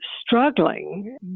struggling